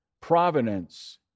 providence